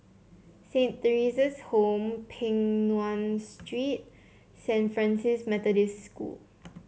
Saint Theresa's Home Peng Nguan Street Saint Francis Methodist School